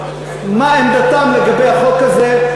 מה עמדתם לגבי החוק הזה,